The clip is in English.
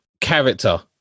character